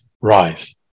rise